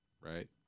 right